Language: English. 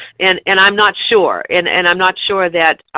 and and i'm not sure. and and i'm not sure that